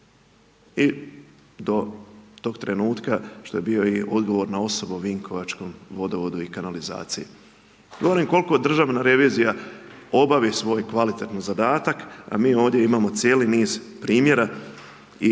i do tog trenutka što je bio i odgovorna osoba u vinkovačkom vodovodu i kanalizaciji. Govorim koliko Državna revizija obavi svoj kvalitetni zadatak, a mi ovdje imamo cijeli niz primjera.